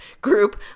group